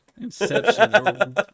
Inception